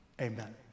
Amen